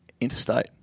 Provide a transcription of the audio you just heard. interstate